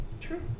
True